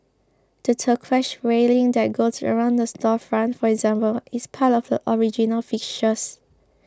the turquoise railing that goes around the storefront for example is part of the original fixtures